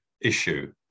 issue